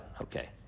Okay